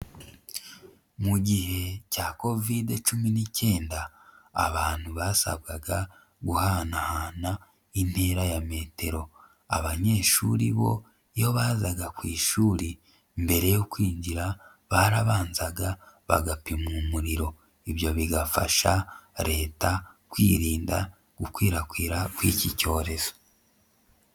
Mu gihe cya covidi cumi n'ikenda abantu basabwaga guhanahana intera ya metero abanyeshuri bo iyo bazaga ku ishuri mbere yo kwinjira barabanzaga bagapimwa umuriro ibyo bigafasha leta kwirinda gukwirakwira kw'iki cyorezo.